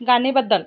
गाणे बद्दल